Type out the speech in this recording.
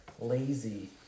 lazy